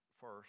first